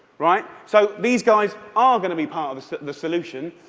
right? so, these guys are going to be part of the sort of the solution.